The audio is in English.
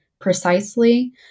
precisely